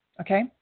Okay